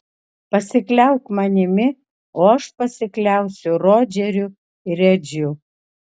pasikliauk manimi o aš pasikliausiu rodžeriu ir edžiu